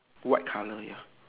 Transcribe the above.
white colour ya